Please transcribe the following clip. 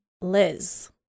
Liz